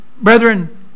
brethren